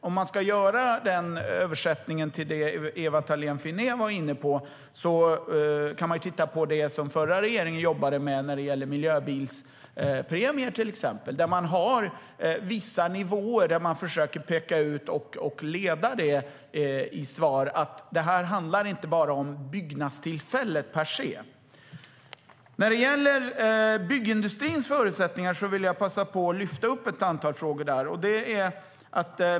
Om man ska göra översättningen till det Ewa Thalén Finné var inne på kan man titta på vad den förra regeringen jobbade med när det gäller miljöbilspremier, till exempel. Där har man vissa nivåer som man försöker peka ut. För att leda det i svar handlar det inte bara om byggnadstillfället per se. När det gäller byggindustrins förutsättningar vill jag passa på att lyfta upp ett antal frågor.